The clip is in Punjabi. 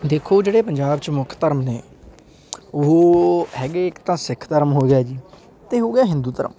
ਦੇਖੋ ਜਿਹੜੇ ਪੰਜਾਬ 'ਚ ਮੁੱਖ ਧਰਮ ਨੇ ਉਹ ਹੈਗੇ ਇੱਕ ਤਾਂ ਸਿੱਖ ਧਰਮ ਹੋ ਗਿਆ ਜੀ ਅਤੇ ਹੋ ਗਿਆ ਹਿੰਦੂ ਧਰਮ